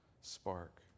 spark